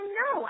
no